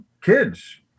kids